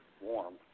warm